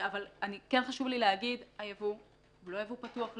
אבל חשוב לי להגיד: הייבוא הוא לא ייבוא פתוח לגמרי.